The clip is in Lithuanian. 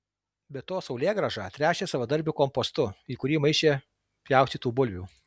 be to saulėgrąžą tręšė savadarbiu kompostu į kurį maišė pjaustytų bulvių